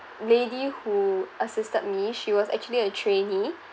lady who assisted me she was actually a trainee